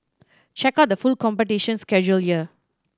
check out the full competition schedule here